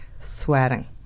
sweating